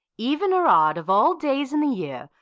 even or odd, of all days in the year,